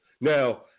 Now